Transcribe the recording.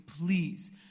please